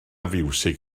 fiwsig